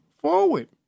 forward